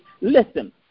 listen